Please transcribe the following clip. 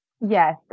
Yes